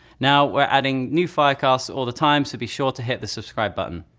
now we're adding new firecasta all the time so be sure to hit the subscribe button.